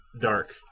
dark